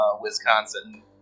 Wisconsin